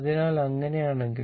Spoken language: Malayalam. അതിനാൽ അങ്ങനെയാണെങ്കിൽ